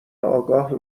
آگاه